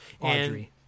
Audrey